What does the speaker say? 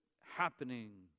happening